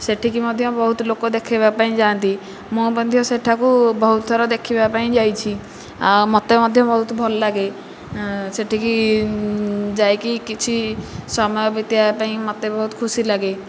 ସେଠିକି ମଧ୍ୟ ବହୁତ ଲୋକ ଦେଖେଇବାକୁ ଯାଆନ୍ତି ମୁଁ ମଧ୍ୟ ସେଠାକୁ ବହୁତ ଥର ଦେଖିବାପାଇଁ ଯାଇଛି ଆଉ ମୋତେ ମଧ୍ୟ ବହୁତ ଭଲ ଲାଗେ ସେଠିକି ଯାଇକି କିଛି ସମୟ ବିତାଇବା ପାଇଁ ମୋତେ ବହୁତ ଖୁସି ଲାଗେ